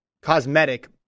cosmetic